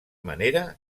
manera